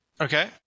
Okay